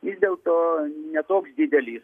vis dėlto ne toks didelis